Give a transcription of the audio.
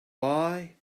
why